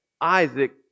Isaac